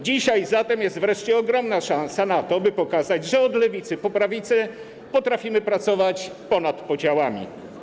Dzisiaj jest wreszcie ogromna szansa na to, by pokazać, że od lewicy po prawicę potrafimy pracować ponad podziałami.